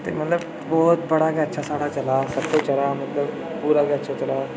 मतलब बहुत गै बड़ा अच्छा जेह्ड़ा साढ़ा चला दा सब कुछ चला दा मतलब बहुत गै अच्छा चला दा